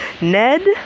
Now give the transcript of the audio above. Ned